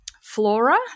Flora